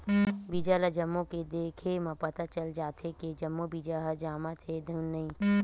बीजा ल जमो के देखे म पता चल जाथे के जम्मो बीजा ह जामत हे धुन नइ